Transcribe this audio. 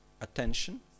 attention